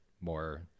more